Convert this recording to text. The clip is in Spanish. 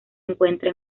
encuentra